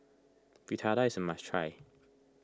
Fritada is a must try